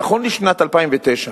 נכון לשנת 2009,